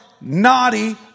naughty